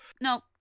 No